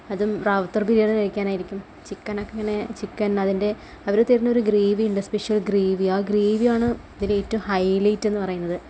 അതും റാവുത്തർ ബിരിയാണി കഴിക്കാനായിരിക്കും ചിക്കൻ ഒക്കെ ഇങ്ങനെ ചിക്കന് അതിന്റെ അവർ തരുന്ന ഒരു ഗ്രേവി ഉണ്ട് സ്പെഷ്യല് ഗ്രേവി ആ ഗ്രേവിയാണ് അതിലെ ഏറ്റവും ഹൈലൈറ്റ് എന്നു പറയുന്നത്